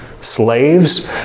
slaves